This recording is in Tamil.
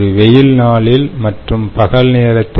ஒரு வெயில் நாளில் மற்றும் பகல் நேரத்தில்